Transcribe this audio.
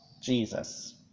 Jesus